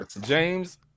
james